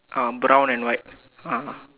um brown and white ah